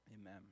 Amen